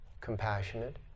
compassionate